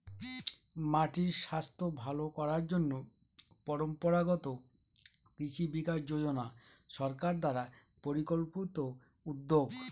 মাটির স্বাস্থ্য ভালো করার জন্য পরম্পরাগত কৃষি বিকাশ যোজনা সরকার দ্বারা পরিকল্পিত উদ্যোগ